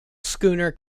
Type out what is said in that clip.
schooner